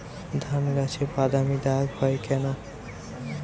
ধানগাছে বাদামী দাগ হয় কেন?